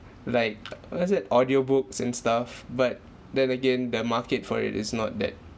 like what is it audiobooks and stuff but then again the market for it is not that